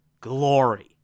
glory